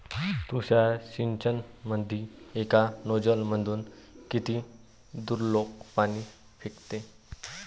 तुषार सिंचनमंदी एका नोजल मधून किती दुरलोक पाणी फेकते?